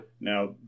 Now